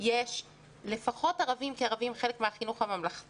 יש לפחות ערבים כי ערבים הם חלק מהחינוך הממלכתי,